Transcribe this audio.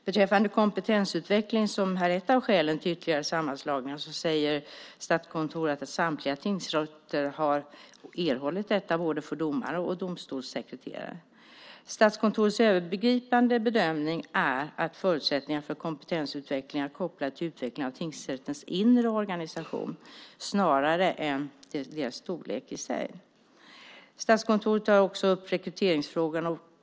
Beträffande kompetensutvecklingen, som är ett av skälen till ytterligare sammanslagningar, säger Statskontoret att samtliga tingsrätter har erhållit detta för både domare och domstolssekreterare. Statskontorets övergripande bedömning är att förutsättningarna för kompetensutveckling är kopplade till utvecklingen av tingsrättens inre organisation snarare än till deras storlek i sig. Statskontoret tar också upp rekryteringsfrågan.